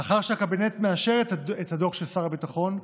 לאחר שהקבינט מאשר את הדוח של שר הביטחון,